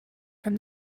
from